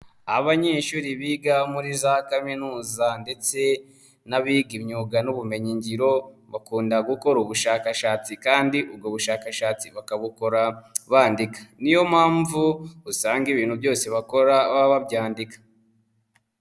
Abanyeshuri biga muri za kaminuza ndetse n'abiga imyuga n'ubumenyingiro bakunda gukora ubushakashatsi kandi ubwo bushakashatsi bakabukora bandika. Niyo mpamvu usanga ibintu byose bakora baba babyandika.